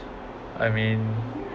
I mean